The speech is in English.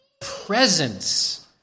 presence